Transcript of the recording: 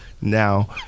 Now